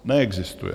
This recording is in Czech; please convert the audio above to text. Neexistuje.